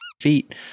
feet